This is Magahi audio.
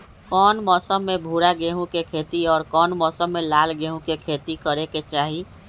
कौन मौसम में भूरा गेहूं के खेती और कौन मौसम मे लाल गेंहू के खेती करे के चाहि?